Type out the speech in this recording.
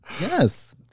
Yes